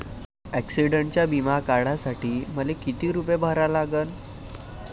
ॲक्सिडंटचा बिमा काढा साठी मले किती रूपे भरा लागन?